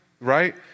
right